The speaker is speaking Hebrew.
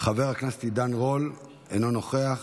חבר הכנסת עידן רול, אינו נוכח,